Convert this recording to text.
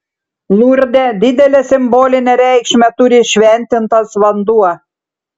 lurde didelę simbolinę reikšmę turi šventintas vanduo